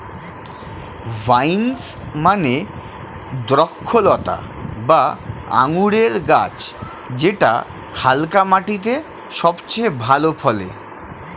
vines মানে দ্রক্ষলতা বা আঙুরের গাছ যেটা হালকা মাটিতে সবচেয়ে ভালো ফলে